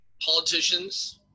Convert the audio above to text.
politicians